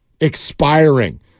expiring